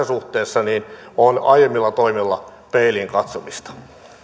suhteessa on aiemmilla toimijoilla peiliin katsomista